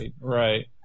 Right